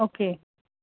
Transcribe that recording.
okay